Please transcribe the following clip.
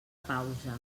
pausa